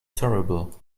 terrible